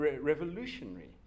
Revolutionary